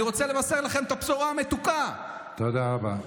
אני רוצה לבשר לכם את הבשורה המתוקה, תודה רבה.